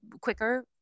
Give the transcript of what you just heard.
quicker